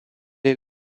est